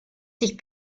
sich